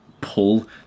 pull